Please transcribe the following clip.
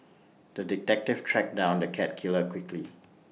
the detective tracked down the cat killer quickly